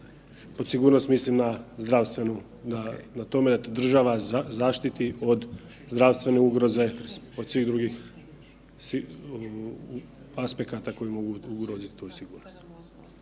Pod sigurnost mislim na zdravstvenu, na tome da te država zaštiti od zdravstvene ugroze, od svih drugih aspekata koji mogu ugroziti